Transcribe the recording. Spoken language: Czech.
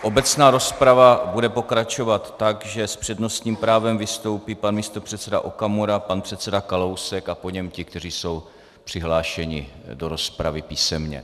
Obecná rozprava bude pokračovat tak, že s přednostním právem vystoupí pan místopředseda Okamura, pan předseda Kalousek a po něm ti, kteří jsou přihlášeni do rozpravy písemně.